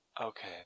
Okay